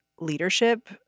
Leadership